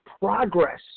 progress